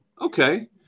Okay